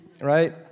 right